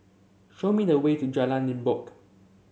show me the way to Jalan Limbok